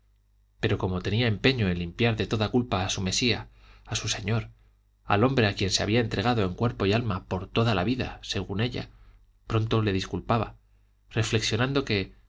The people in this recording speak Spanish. pero como tenía empeño en limpiar de toda culpa a su mesía a su señor al hombre a quien se había entregado en cuerpo y en alma por toda la vida según ella pronto le disculpaba reflexionando que